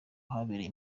habereye